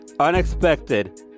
unexpected